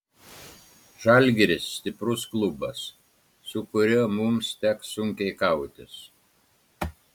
žalgiris stiprus klubas su kuriuo mums teks sunkiai kautis